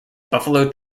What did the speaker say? buffalo